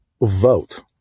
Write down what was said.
vote